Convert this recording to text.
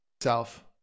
self